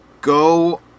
go